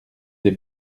des